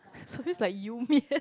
soupy is like you mian